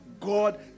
God